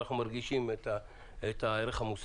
כשטוב הוא מגיב מהר ואנחנו מרגישים את הערך המוסף.